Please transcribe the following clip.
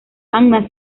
anna